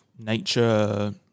nature